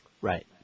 Right